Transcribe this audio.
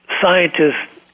scientists